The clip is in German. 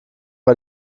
bei